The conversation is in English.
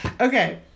Okay